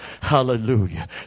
Hallelujah